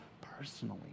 personally